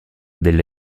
delle